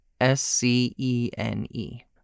S-C-E-N-E